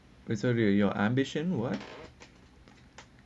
it's like your ambition or [what]